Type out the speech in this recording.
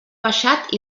baixat